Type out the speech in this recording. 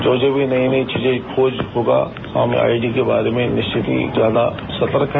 जो जो भी नई चीजों का खोज होगा हम आईडी के बारे में निश्चित ही ज्यादाँ ही सतर्क हैं